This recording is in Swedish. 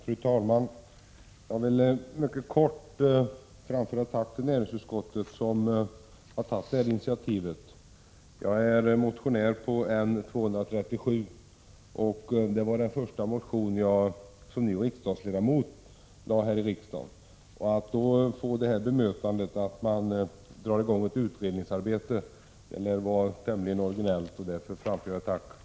Fru talman! Jag vill mycket kort tacka näringsutskottet som har tagit ett initiativ i denna fråga. Jag har tillsammans med några andra ledamöter väckt motion N237. Det var den första motion jag som nybliven riksdagsledamot väckte och att då få det bemötandet att utskottet föreslår att det skall dras i gång ett utredningsarbete lär vara tämligen unikt. Därför framför jag alltså ett tack.